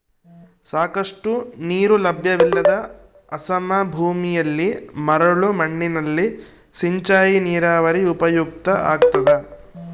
ಸಾಕಷ್ಟು ನೀರು ಲಭ್ಯವಿಲ್ಲದ ಅಸಮ ಭೂಮಿಯಲ್ಲಿ ಮರಳು ಮಣ್ಣಿನಲ್ಲಿ ಸಿಂಚಾಯಿ ನೀರಾವರಿ ಉಪಯುಕ್ತ ಆಗ್ತದ